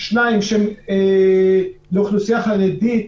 שניים שהם לאוכלוסייה חרדית,